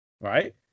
right